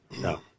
No